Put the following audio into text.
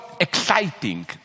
exciting